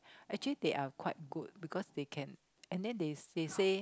actually they are quite good because they can and then they they say